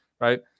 right